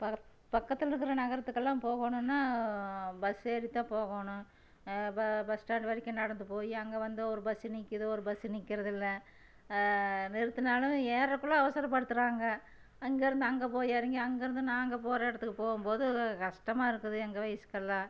ப பக்கத்தில் இருக்கிற நகரத்துக்கலாம் போகணுனால் பஸ் ஏறித்தான் போகணும் ப பஸ் ஸ்டாண்ட் வரைக்கும் நடந்து போய் அங்கே வந்து ஒரு பஸ்ஸு நிற்குது ஒரு பஸ்ஸு நிற்கறதுல்ல நிறுத்தினாலும் ஏறதுக்குள்ள அவசரப்படுத்துகிறாங்க அங்கேருந்து அங்கே போய் இறங்கி அங்கேருந்து நாங்கள் போகிற இடத்துக்கு போகும்போது கஷ்டமாகருக்குது எங்கள் வயசுக்கல்லாம்